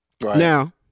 Now